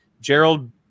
Gerald